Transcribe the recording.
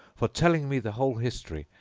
for telling me the whole history,